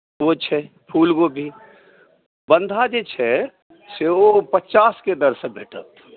ओ छै फूल गोभी बन्धा जे छै से ओ पचासके दरसे भेटत